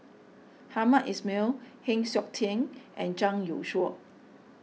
Hamed Ismail Heng Siok Tian and Zhang Youshuo